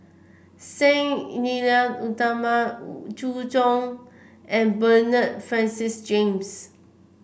Sang Nila Utama Wu Zhu Hong and Bernard Francis James